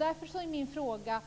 Därför undrar